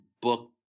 book